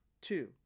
Two